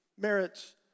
merits